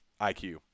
iq